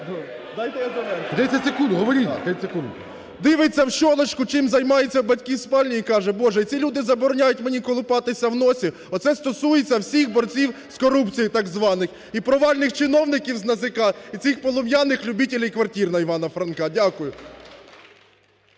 Дивиться в щолочку, чим займаються батьки в спальні і каже: "Боже, і ці люди забороняють мені колупатися в носі!" Оце стосується всіх борців з корупцією так званих і провальних чиновників з НАЗК, і цих полум'яних любітєлєй квартир на Івана Франка. Дякую.